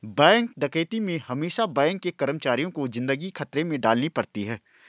bank डकैती में हमेसा बैंक के कर्मचारियों को जिंदगी खतरे में डालनी पड़ती है